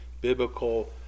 biblical